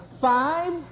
five